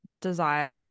desire